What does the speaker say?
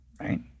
right